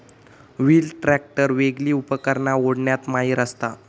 wheel tractor वेगली उपकरणा ओढण्यात माहिर असता